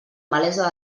malesa